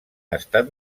estat